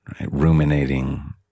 ruminating